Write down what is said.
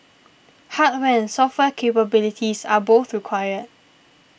hardware and software capabilities are both required